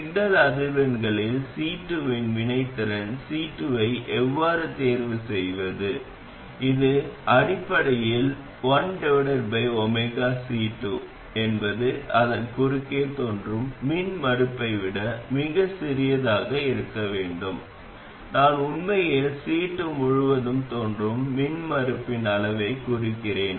signal அதிர்வெண்களில் C2 இன் வினைத்திறன் C2 ஐ எவ்வாறு தேர்வு செய்வது இது அடிப்படையில் 1C2 என்பது அதன் குறுக்கே தோன்றும் மின்மறுப்பை விட மிகச் சிறியதாக இருக்க வேண்டும் நான் உண்மையில் C2 முழுவதும் தோன்றும் மின்மறுப்பின் அளவைக் குறிக்கிறேன்